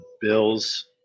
Bills